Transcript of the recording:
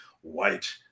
white